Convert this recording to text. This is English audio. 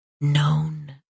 known